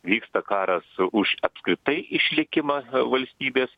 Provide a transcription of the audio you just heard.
vyksta karas už apskritai išlikimą valstybės